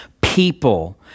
people